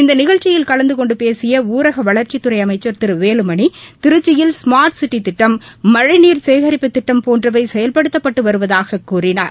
இந்த நிகழ்ச்சியில் கலந்தகொண்டு பேசிய ஊரக வளர்ச்சித் துறை அமைச்சர் திரு வேலுமணி திருச்சியில் ஸ்மார்ட் சிட்டி திட்டம் மழைநீர் சேகரிப்பு திட்டம் போன்றவை செயல்படுத்தப்பட்டு வருவதாக கூறினார்